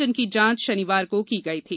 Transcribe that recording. जिनकी जांच शनिवार को की गई थी